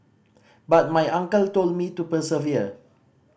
but my uncle told me to persevere